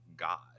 god